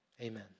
amen